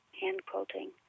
hand-quilting